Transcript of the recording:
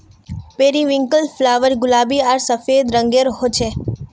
periwinkle flower गुलाबी आर सफ़ेद रंगेर होचे